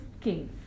king